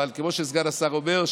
אבל כמו שסגן השר אומר,